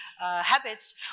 habits